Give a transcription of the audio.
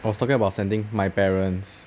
I was talking about sending my parents